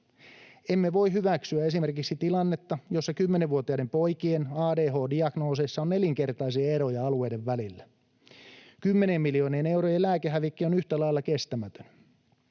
Emme voi hyväksyä esimerkiksi tilannetta, jossa kymmenenvuotiaiden poikien ADHD-diagnooseissa on nelinkertaisia eroja alueiden välillä. Kymmenien miljoonien eurojen lääkehävikki on yhtä lailla kestämätön.